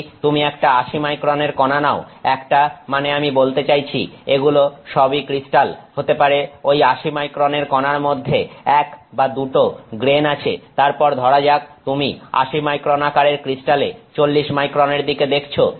যদি তুমি একটা 80 মাইক্রনের কণা নাও একটা মানে আমি বলতে চাইছি এগুলো সবই ক্রিস্টাল হতে পারে ওই 80 মাইক্রনের কণার মধ্যে 1 বা 2 টো গ্রেন আছে তারপর ধরা যাক তুমি 80 মাইক্রন আকারের ক্রিস্টালে 40 মাইক্রনের দিকে দেখছ